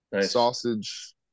sausage